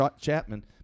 Chapman